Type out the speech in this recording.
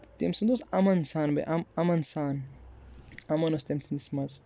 تہٕ تٔمۍ سُنٛد اوس اَمَن سان بیٚیہِ اَم اَمَن سان اَمَن اوس تٔمۍ سٕنٛدِس منٛز